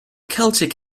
celtic